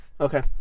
Okay